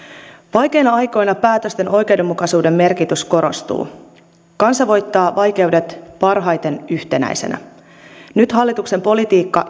vaikeina aikoina päätösten oikeudenmukaisuuden merkitys korostuu kansa voittaa vaikeudet parhaiten yhtenäisenä nyt hallituksen politiikka